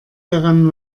daran